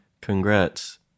congrats